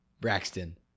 Braxton